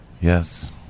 Yes